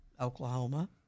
Oklahoma